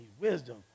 wisdom